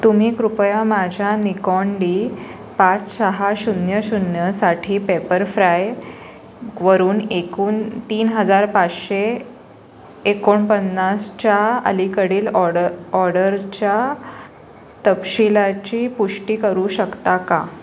तुम्ही कृपया माझ्या निकॉन डी पाच सहा शून्य शून्यसाठी पेपरफ्राय वरून एकूण तीन हजार पाचशे एकोणपन्नासच्या अलीकडील ऑड ऑडरच्या तपशीलाची पुष्टी करू शकता का